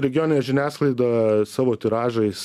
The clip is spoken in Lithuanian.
regioninė žiniasklaida savo tiražais